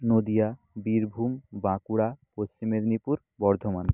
Nadia Birbhum Bankura Paschim Medinipur Bardhaman